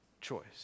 choice